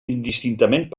indistintament